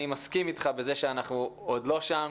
אני מסכים איתך בזה שאנחנו עוד לא שם